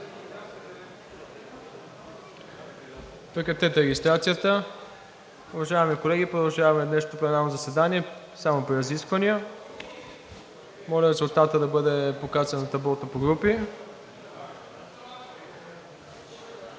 Прекратете регистрацията. Уважаеми колеги, продължаваме днешното пленарно заседание само по разисквания. Моля резултатът да бъде показан на таблото по групи.